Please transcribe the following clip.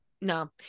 No